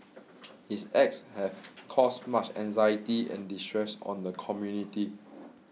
his acts have caused much anxiety and distress on the community